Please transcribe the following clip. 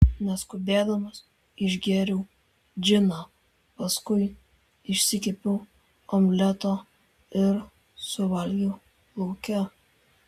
neskubėdamas išgėriau džiną paskui išsikepiau omleto ir suvalgiau lauke